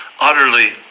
utterly